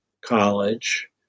College